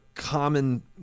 Common